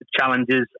challenges